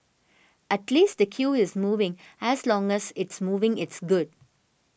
at least the queue is moving as long as it's moving it's good